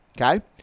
Okay